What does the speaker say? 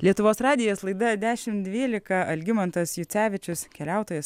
lietuvos radijas laida dešimt dvylika algimantas jucevičius keliautojas